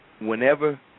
whenever